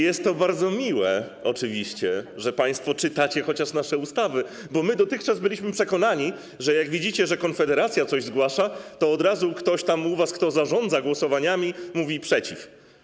Jest to oczywiście bardzo miłe, że państwo czytacie chociaż nasze ustawy, bo my dotychczas byliśmy przekonani, że jak widzicie, że Konfederacja coś zgłasza, to od razu ktoś tam u was, kto zarządza głosowaniami, mówi: przeciw.